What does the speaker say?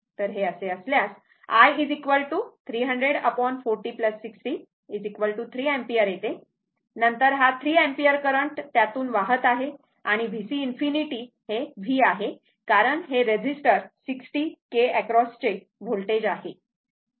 तर हे असे असल्यास i 300 40 60 3 एम्पीयर येते नंतर हा 3 अँपिअर करंट त्यातून वाहत आहे आणि VC ∞ हे V आहे कारण हे रेजीस्टर 60 K एक्रॉसचे व्होल्टेज आहे